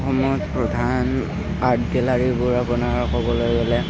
অসমত প্ৰধান আৰ্ট গেলাৰীবোৰ আপোনাৰ ক'বলৈ গ'লে